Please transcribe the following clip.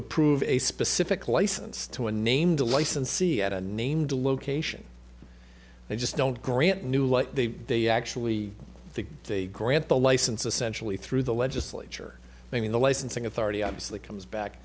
approve a specific license to a named licensee at a named location they just don't grant knew what they they actually think they grant the license essentially through the legislature meaning the licensing authority obviously comes back